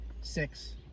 six